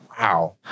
wow